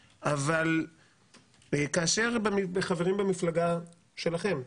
כאשר חברים במפלגה שלכם,